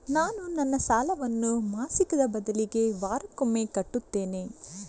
ನಾನು ನನ್ನ ಸಾಲವನ್ನು ಮಾಸಿಕದ ಬದಲಿಗೆ ವಾರಕ್ಕೊಮ್ಮೆ ಕಟ್ಟುತ್ತೇನೆ